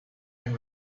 and